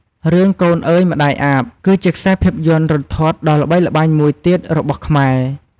រឿង កូនអើយម្តាយអាប គឺជាខ្សែភាពយន្តរន្ធត់ដ៏ល្បីល្បាញមួយទៀតរបស់ខ្មែរ។